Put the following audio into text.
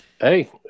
hey